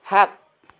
সাত